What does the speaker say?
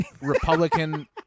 Republican